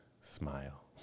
smile